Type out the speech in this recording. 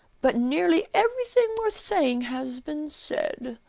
but nearly everything worth saying has been said.